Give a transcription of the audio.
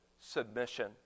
submission